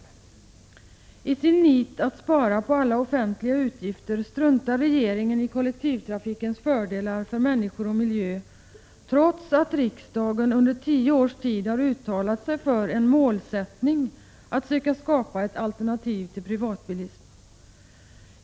I sitt nit att spara på alla offentliga utgifter struntar regeringen i kollektivtrafikens fördelar för människor och för miljö, trots att riksdagen under tio års tid har uttalat sig för en målsättning att söka skapa ett alternativ till privatbilism.